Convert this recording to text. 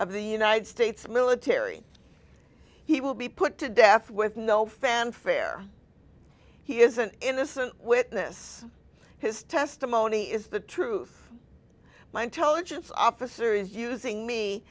of the united states military he will be put to death with no fanfare he is an innocent witness his testimony is the truth my intelligence officer is using me